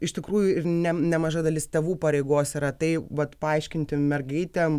iš tikrųjų ne nemaža dalis tėvų pareigos yra tai vat paaiškinti mergaitėm